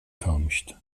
kalmıştı